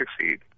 succeed